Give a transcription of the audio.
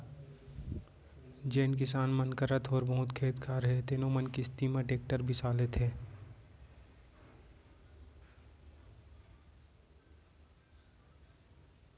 जेन किसान मन करा थोर बहुत खेत खार हे तेनो मन किस्ती म टेक्टर बिसा लेथें